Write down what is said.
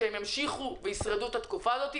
כך שהם יוכלו לשרוד את התקופה הזו,